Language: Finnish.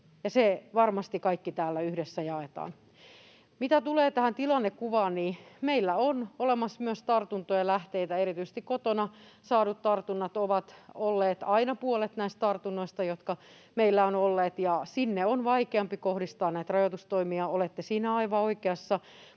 se varmasti kaikki täällä yhdessä jaetaan. Mitä tulee tähän tilannekuvaan, niin meillä on olemassa tartuntojen lähteitä. Erityisesti kotona saadut tartunnat ovat aina olleet puolet näistä meidän tartunnoista. Sinne on vaikeampi kohdistaa rajoitustoimia, olette siinä aivan oikeassa,